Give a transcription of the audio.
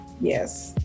Yes